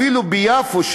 אפילו ביפו,